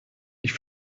ich